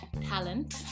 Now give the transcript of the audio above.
talent